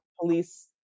police